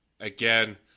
again